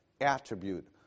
attribute